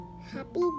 happy